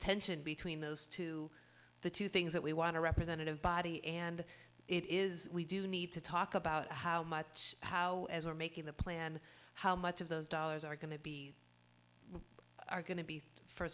tension between those two the two things that we want a representative body and it is we do need to talk about how much how we're making the plan how much of those dollars are going to be are going to be f